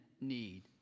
need